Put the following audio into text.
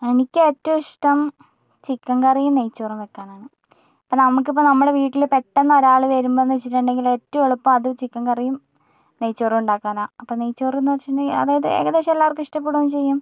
എനിക്ക് ഏറ്റവും ഇഷ്ടം ചിക്കൻ കറിയും നെയ്ച്ചോറും വയ്ക്കാനാണ് ഇപ്പം നമുക്ക് ഇപ്പം നമ്മളെ വീട്ടിൽ പെട്ടെന്ന് ഒരാൾ വരുമ്പം എന്ന് വച്ചിട്ടുണ്ടെങ്കിൽ ഏറ്റവും എളുപ്പം അത് ചിക്കൻ കറിയും നെയ്ച്ചോറും ഉണ്ടാക്കാനാണ് അപ്പം നെയ്ച്ചോറെന്ന് വച്ചിട്ടുങ്കിൽ അതായത് ഏകദേശം എല്ലാവർക്കും ഇഷ്ടപ്പെടുകയും ചെയ്യും